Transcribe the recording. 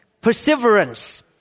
perseverance